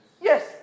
Yes